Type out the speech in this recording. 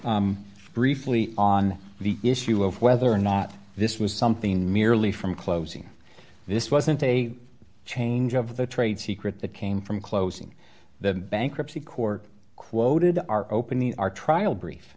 briefly on the issue of whether or not this was something merely from closing this wasn't a change of the trade secret that came from closing the bankruptcy court quoted to our opening our trial brief